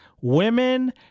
women